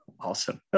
Awesome